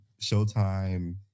Showtime